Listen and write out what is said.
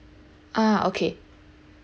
uh okay